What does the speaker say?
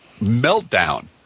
meltdown